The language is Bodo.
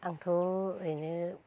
आंथ' ओरैनो